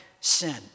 sin